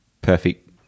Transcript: perfect